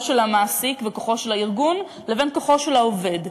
של המעסיק וכוחו של הארגון לבין כוחו של העובד,